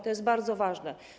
To jest bardzo ważne.